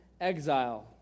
exile